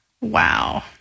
Wow